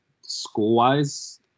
school-wise